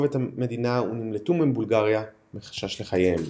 את המדינה ונמלטו מבולגריה מחשש לחייהם.